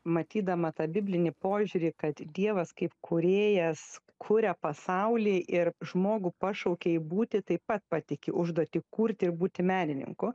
matydama tą biblinį požiūrį kad dievas kaip kūrėjas kuria pasaulį ir žmogų pašaukei būti taip pat pateiki užduotį kurti ir būti menininku